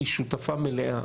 היא שותפה מלאה,